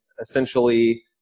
essentially